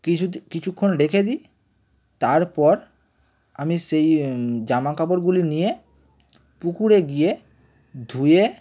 কিছু কিছুক্ষণ রেখে দিই তারপর আমি সেই জামা কাপড়গুলি নিয়ে পুকুরে গিয়ে ধুয়ে